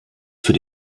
für